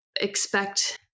expect